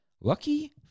Lucky